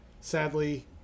sadly